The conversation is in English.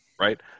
right